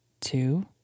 two